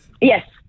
Yes